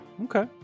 Okay